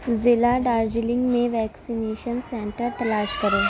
ضلع دارجلنگ میں vaccination centre تلاش کرو